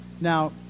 Now